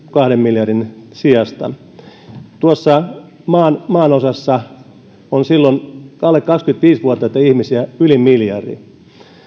kahden miljardin sijasta tuossa maanosassa on silloin alle kaksikymmentäviisi vuotiaita ihmisiä yli miljardi